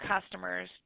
customers